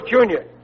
Junior